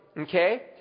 okay